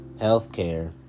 healthcare